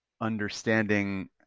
understanding